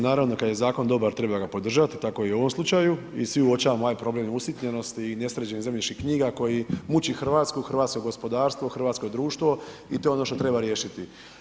Naravno, kad je zakon dobar, treba ga podržati, tako i u ovom slučaju i svi uočavamo ovaj problem usitnjenosti i nesređenosti zemljišnih knjiga koji muči Hrvatsku i hrvatsko gospodarstvo, hrvatsko društvo i to je ono što treba riješiti.